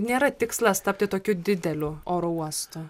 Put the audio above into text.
nėra tikslas tapti tokiu dideliu oro uostu